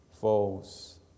falls